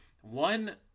one